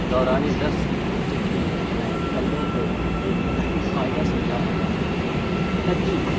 دوران درس جبکہ میں طلبا کو ایک نحوی قاعدہ سمجھا رہا تھا تب ہی